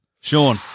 Sean